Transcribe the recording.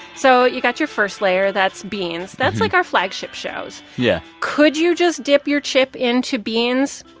so you got your first layer that's beans. that's, like, our flagship shows yeah could you just dip your chip into beans?